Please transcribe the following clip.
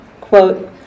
quote